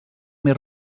més